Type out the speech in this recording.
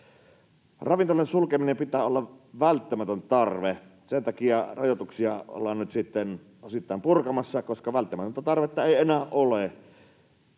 Ravintoloiden sulkemiselle pitää olla välttämätön tarve. Sen takia rajoituksia ollaan nyt sitten osittain purkamassa, koska välttämätöntä tarvetta ei enää ole.